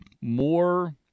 more